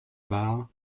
barre